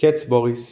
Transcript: קץ בוריס